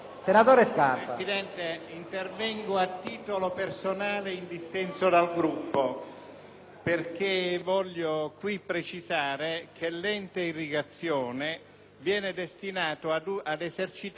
voglio qui precisare che l'Ente irrigazione viene destinato ad esercitare un'attività che rientra nelle competenze delle Regioni interessate